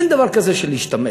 אין דבר כזה להשתמט.